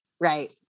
Right